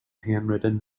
handwritten